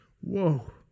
Whoa